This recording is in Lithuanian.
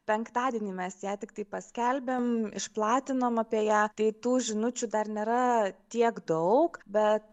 penktadienį mes ją tik taip paskelbėm išplatinom apie ją tai tų žinučių dar nėra tiek daug bet